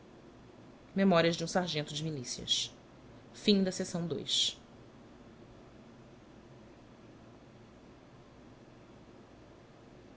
memorias de um sargento de milícias é o